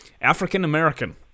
African-American